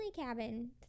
cabin